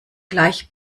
gleich